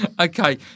Okay